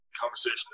conversation